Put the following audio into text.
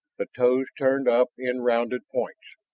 the toes turned up in rounded points.